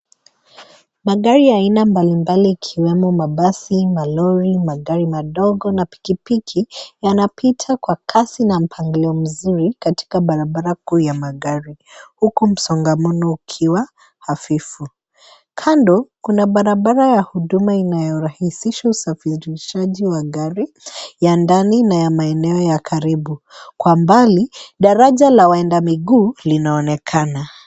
Magari ya aina mbalimbali ikiwemo mabasi, malori, magari madogo na pikipiki, yanapita kwa kasi na mpangilio mzuri katika barabara kuu ya magari, huku msongamano ukiwa hafifu. Kando, kuna barabara ya huduma inayorahisisha usafirishaji wa gari, ya ndani na ya maeneo ya karibu. Kwa mbali, daraja la waenda miguu linaonekana.